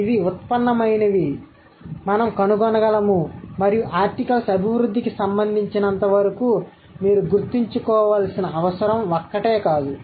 కాబట్టిఇవి ఉత్పన్నమైనవి మేము కనుగొనగలము మరియు ఆర్టికల్స్ అభివృద్ధికి సంబంధించినంతవరకు మీరు గుర్తుంచుకోవాల్సిన అవసరం ఒక్కటే కాదు